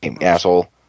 asshole